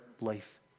life